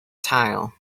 tile